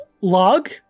log